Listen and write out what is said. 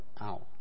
out